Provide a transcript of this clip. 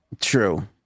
True